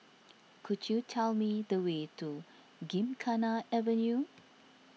could you tell me the way to Gymkhana Avenue